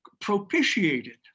propitiated